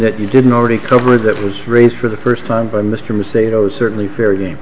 that you didn't already covered that was raised for the first time by mr macedo is certainly fair game